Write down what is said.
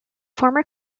former